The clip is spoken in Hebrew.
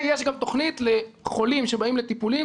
יש גם תוכנית לחולים שבאים לטפולים,